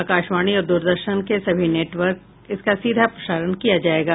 आकाशवाणी और द्रदर्शन के सभी नेटवर्क पर इसका सीधा प्रसारण किया जाएगा